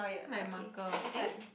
where's my marker eh